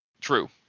True